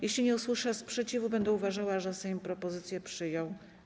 Jeśli nie usłyszę sprzeciwu, będę uważała, że Sejm propozycję przyjął.